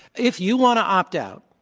if you want to opt out,